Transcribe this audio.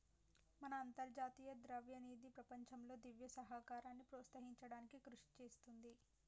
మన అంతర్జాతీయ ద్రవ్యనిధి ప్రపంచంలో దివ్య సహకారాన్ని ప్రోత్సహించడానికి కృషి చేస్తుంది